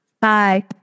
Bye